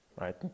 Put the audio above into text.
right